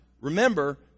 remember